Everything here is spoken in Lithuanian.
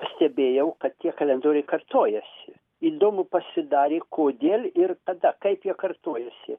stebėjau kad tie kalendoriai kartojasi įdomu pasidarė kodėl ir tada kaip jie kartojasi